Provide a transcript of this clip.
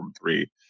three